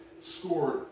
scored